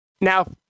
Now